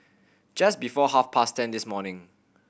just before half past ten this morning